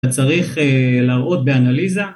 ‫שצריך להראות באנליזה.